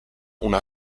una